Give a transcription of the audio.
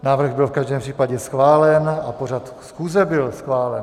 Návrh byl v každém případě schválen a pořad schůze byl schválen.